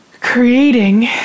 creating